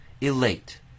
elate